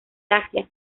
asia